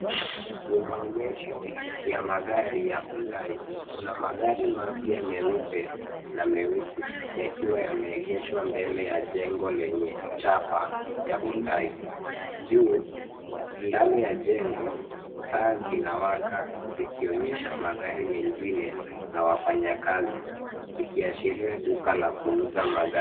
Ni maonyesho ya magari ya Hyundai. Kuna magari mapya meupe na meusi yakiwa yameegeshwa mbele ya jengo lenye chapa ya Hyundai. Juu, ndani ya jengo, taa zinawaka zikionyesha magari mengine na wafanyakazi ikiashiria duka la kuuza magari.